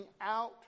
out